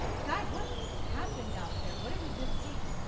guys what happened out there? what did we just see?